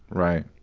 right.